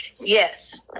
Yes